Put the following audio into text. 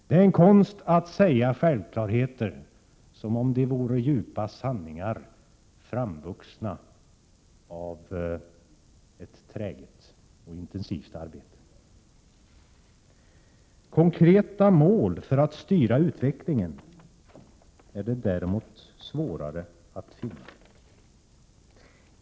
Det är en konst att säga självklarheter som om de vore djupa sanningar, framvuxna av ett träget och intensivt arbete. Konkreta mål för att styra utvecklingen är det däremot svårare att finna.